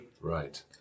Right